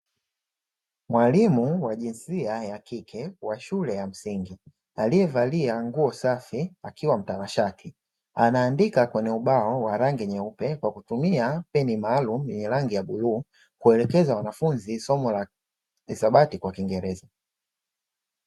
Mwalimu wa jinsia ya kike wa shule ya msingi, aliyevalia nguo safi akiwa mtanashati. Anaandika kwenye ubao wa rangi nyeupe kwa kutumia peni maalumu yenye rangi ya bluu, kuelekeza wanafunzi somo la hisabati kwa kiingereza.